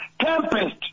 tempest